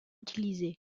utilisées